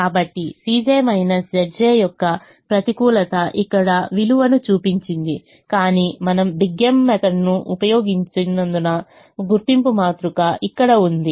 కాబట్టి యొక్క ప్రతికూలత ఇక్కడ విలువను చూపించింది కాని మనము బిగ్ M ను ఉపయోగిస్తున్నందున గుర్తింపు మాతృక ఇక్కడ ఉంది